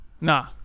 Nah